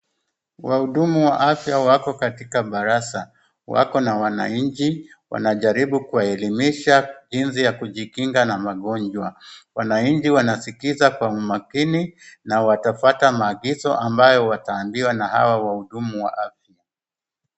Wahudumu wa afya wako katika baraza. Wako na wananchi, wanajaribu kuwaelimisha jinsi ya kujikinga na magonjwa. Wananchi wanaskiza kwa umakini na watafuata maagizo ambayo wataambiwa na hawa wahudumu wa afya.